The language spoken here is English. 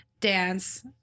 dance